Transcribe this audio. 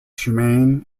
humane